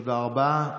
תודה רבה.